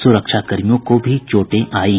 सुरक्षाकर्मियों को भी चोटें आयी